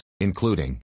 including